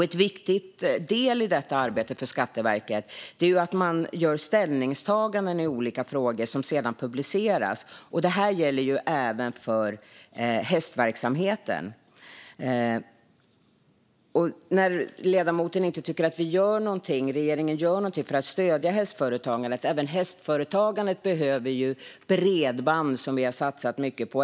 En viktig del i detta arbete för Skatteverket är att man gör ställningstaganden i olika frågor som sedan publiceras. Det gäller även för hästverksamheten. Ledamoten tycker inte att regeringen gör någonting för att stödja hästföretagandet. Även hästföretagandet behöver bredband, som vi har satsat mycket på.